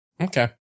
Okay